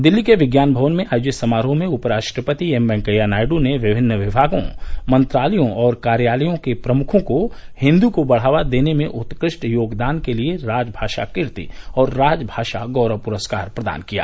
दिल्ली के विज्ञान भवन में आयोजित समारोह में उपराष्ट्रपति एम वेंकैया नायडू ने विभिन्न विभागों मंत्रालयों और कार्यालयों के प्रमुखों को हिंदी को बढ़ावा देने में उत्कृष्ट योगदान के लिए राजमाषा कीर्ति और राजभाषा गौरव पुरस्कार प्रदान किए